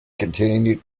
continued